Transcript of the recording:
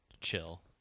chill